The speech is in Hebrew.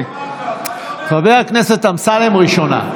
חבר הכנסת אמסלם, ראשונה.